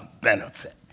benefit